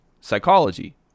psychology